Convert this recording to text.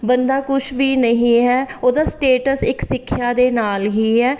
ਬੰਦਾ ਕੁਛ ਵੀ ਨਹੀਂ ਹੈ ਉਹਦਾ ਸਟੇਟਸ ਇੱਕ ਸਿੱਖਿਆ ਦੇ ਨਾਲ਼ ਹੀ ਹੈ